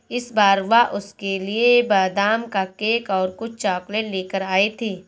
इस बार वह उसके लिए बादाम का केक और कुछ चॉकलेट लेकर आई थी